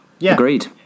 Agreed